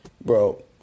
Bro